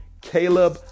Caleb